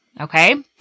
Okay